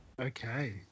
Okay